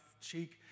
cheek